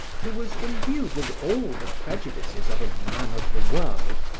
who was imbued with all the prejudices of a man of the world,